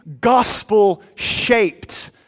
gospel-shaped